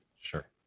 Sure